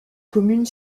commune